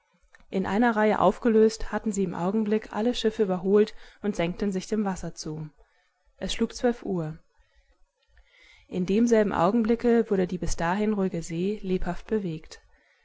in eine reihe aufgelöst hatten sie im augenblick alle schiffe überholt und senkten sich dem wasser zu es schlug zwölf uhr in demselben augenblicke wurde die bis dahin ruhige see lebhaft bewegt